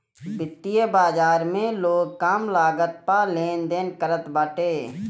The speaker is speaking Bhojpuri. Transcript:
वित्तीय बाजार में लोग कम लागत पअ लेनदेन करत बाटे